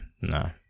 no